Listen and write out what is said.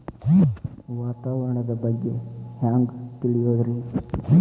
ವಾತಾವರಣದ ಬಗ್ಗೆ ಹ್ಯಾಂಗ್ ತಿಳಿಯೋದ್ರಿ?